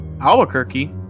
Albuquerque